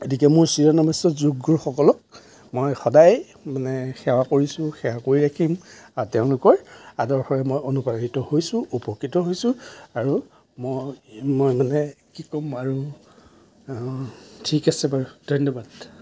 গতিকে মোৰ চিৰ নমস্য যোগগুৰুসকলক মই সদায় মানে সেৱা কৰিছোঁ সেৱা কৰি ৰাখিম আৰু তেওঁলোকৰ আদৰ্শৰে মই অনুপ্ৰাণিত হৈছোঁ উপকৃত হৈছোঁ আৰু মই মই মানে কি ক'ম আৰু ঠিক আছে বাৰু ধন্যবাদ